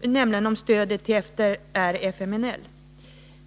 nämligen den om stödet till FDR/FMNL.